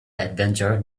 adventure